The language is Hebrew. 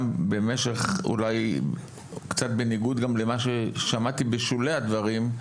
גם קצת בניגוד למה ששמעתי בשולי הדברים,